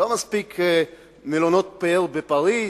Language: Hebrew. לא מספיק מלונות פאר בפריס,